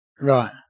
right